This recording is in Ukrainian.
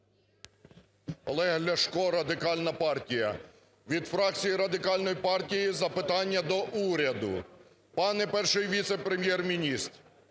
Олег Ляшко, Радикальна партія. Від фракції Радикальної партії запитання до уряду. Пане Перший віце-прем'єр-міністре,